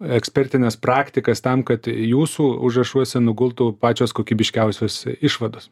ekspertines praktikas tam kad jūsų užrašuose nugultų pačios kokybiškiausios išvados